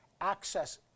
access